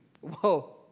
Whoa